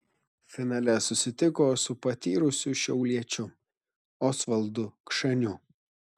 finale susitiko su patyrusiu šiauliečiu osvaldu kšaniu